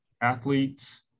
athletes